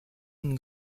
une